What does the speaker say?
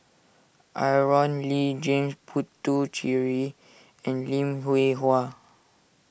Aaron Lee James Puthucheary and Lim Hwee Hua